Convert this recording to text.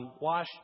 wash